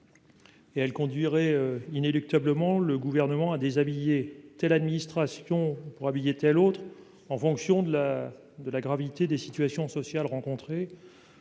Et elle conduirait inéluctablement, le gouvernement a déshabillé telle administration pour habiller, tu es à l'autre en fonction de la de la gravité des situations sociales, le groupe